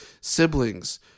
siblings